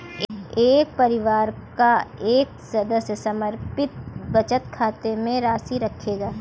एक परिवार का सदस्य एक समर्पित बचत खाते में जमा राशि रखेगा